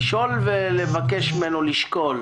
ולבקש ממנו לשקול,